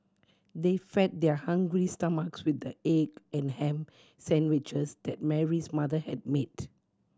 they fed their hungry stomach with the egg and ham sandwiches that Mary's mother had made